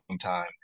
time